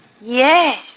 Yes